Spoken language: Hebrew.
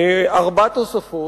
ארבע תוספות,